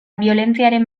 biolentziaren